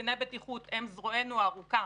קציני הבטיחות הם זרוענו הארוכה,